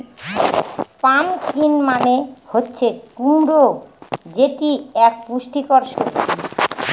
pumpkin মানে হচ্ছে কুমড়ো যেটি এক পুষ্টিকর সবজি